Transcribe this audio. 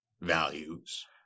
Values